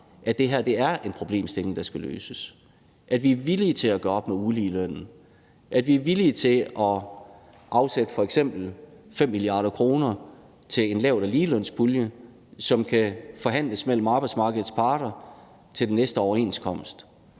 at det her er en problemstilling, der skal løses, og at vi er villige til at gøre op med uligelønnen; at vi er villige til at afsætte f.eks. 5 mia. kr. til en lavt- og ligelønspulje, som kan forhandles mellem arbejdsmarkedets parter til den næste overenskomst.